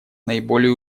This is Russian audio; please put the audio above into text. наиболее